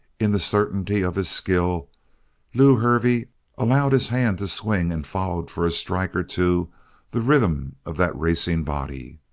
in the certainty of his skill lew hervey allowed his hand to swing and followed for a strike or two the rhythm of that racing body.